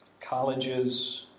colleges